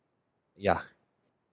ya